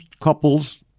couples